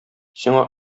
сиңа